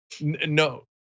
no